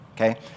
okay